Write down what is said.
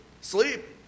sleep